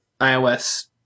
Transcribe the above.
iOS